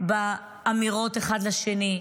באמירות אחד לשני,